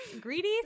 Greedy